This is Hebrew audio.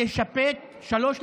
להישפט, ג.